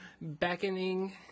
beckoning